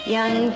Young